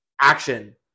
action